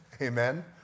Amen